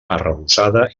arrebossada